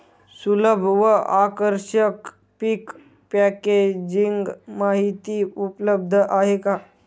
सुलभ व आकर्षक पीक पॅकेजिंग माहिती उपलब्ध आहे का?